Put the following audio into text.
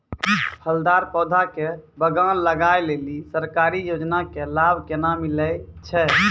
फलदार पौधा के बगान लगाय लेली सरकारी योजना के लाभ केना मिलै छै?